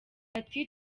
ati